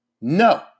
No